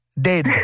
Dead